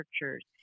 researchers